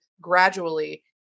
gradually